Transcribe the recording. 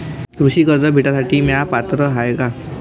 कृषी कर्ज भेटासाठी म्या पात्र हाय का?